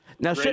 Now